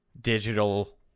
digital